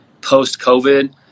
post-COVID